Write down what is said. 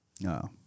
No